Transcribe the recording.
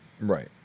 Right